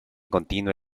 continuo